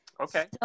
Okay